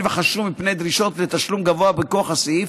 וחששו מפני דרישות לתשלום גבוה מכוח הסעיף,